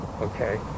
okay